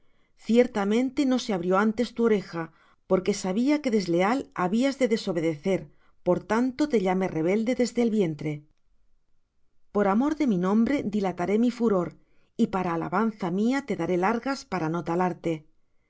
ciertamente no se abrió antes tu oreja porque sabía que desleal habías de desobedecer por tanto te llamé rebelde desde el vientre por amor de mi nombre dilataré mi furor y para alabanza mía te daré largas para